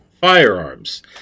firearms